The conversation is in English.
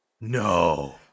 No